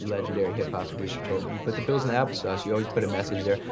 legendary hip-hop producer told me. you put the pills in the applesauce, you always put a message there.